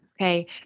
okay